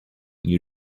new